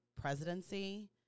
presidency